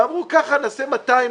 ואמרו: ככה נעשה 200,